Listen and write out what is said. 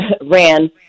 ran